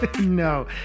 no